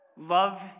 Love